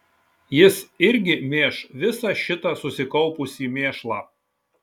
jis irgi mėš visą šitą susikaupusį mėšlą